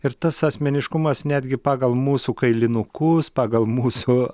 ir tas asmeniškumas netgi pagal mūsų kailinukus pagal mūsų